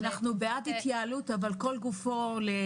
אנחנו בעד התייעלות, אבל לא מדובר בחולי